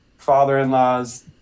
father-in-law's